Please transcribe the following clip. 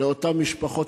לאותן משפחות,